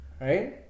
Right